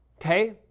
Okay